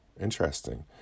interesting